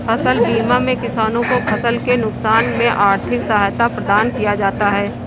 फसल बीमा में किसानों को फसल के नुकसान में आर्थिक सहायता प्रदान किया जाता है